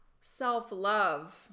self-love